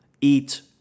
eat